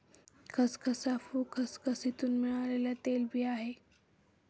खसखस अफू खसखसीतुन मिळालेल्या तेलबिया आहे